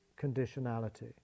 conditionality